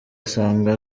asanga